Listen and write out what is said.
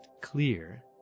clear